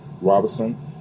Robinson